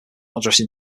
addressing